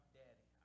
daddy